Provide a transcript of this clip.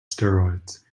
steroids